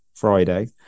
friday